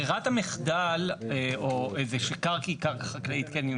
ברירת המחדל שקרקע היא קרקע חקלאית,